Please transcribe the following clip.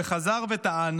וחזר וטען